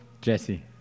Jesse